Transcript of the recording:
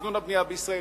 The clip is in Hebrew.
תכנון הבנייה בישראל,